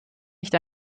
nicht